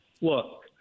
look